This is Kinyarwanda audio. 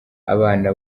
abana